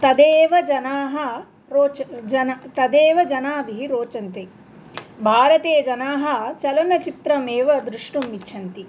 तदेव जनाः रोच् जन तदेव जनेभ्यः रोचन्ते भारते जनाः चलनचित्रमेव दृष्टुम् इच्छन्ति